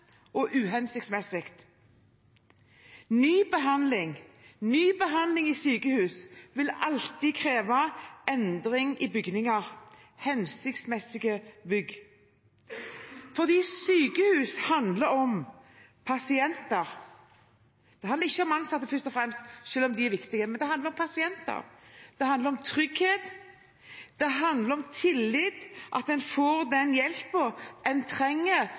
og uhensiktsmessig. Ny behandling i sykehus vil alltid kreve endring i bygninger, hensiktsmessige bygg, fordi sykehus handler om pasienter. Det handler ikke om de ansatte først og fremst, selv om de er viktige, men det handler om pasienter. Det handler om trygghet. Det handler om tillit, at en får den hjelpen en trenger,